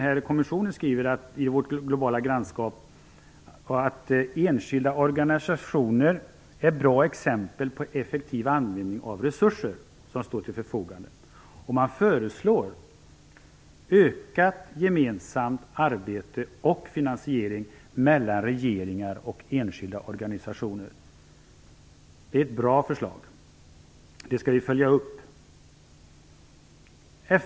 I "Vårt globala grannskap" sägs att enskilda organisationer är bra exempel på effektiv användning av resurser som står till förfogande. Man föreslår ökat gemensamt arbete och finansiering mellan regeringar och enskilda organisationer. Det är ett bra förslag, och det skall vi följa upp.